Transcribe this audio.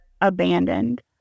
abandoned